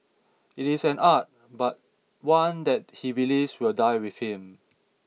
it is an art but one that he believes will die with him